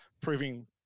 proving